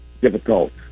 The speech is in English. difficult